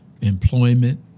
employment